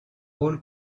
rôle